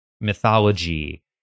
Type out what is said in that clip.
mythology